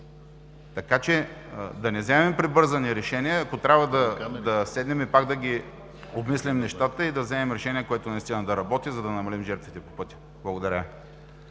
Така че да не вземаме прибързани решения. Ако трябва, да седнем, пак да обмислим нещата и да вземем решение, което наистина да работи, за да намалим жертвите по пътя. Благодаря.